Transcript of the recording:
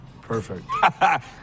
Perfect